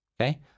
okay